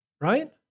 right